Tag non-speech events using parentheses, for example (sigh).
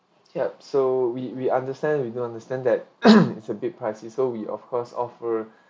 ya so we we understand we do understand that (coughs) it's a bit pricey so we of course offer